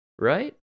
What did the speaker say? right